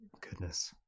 goodness